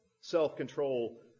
self-control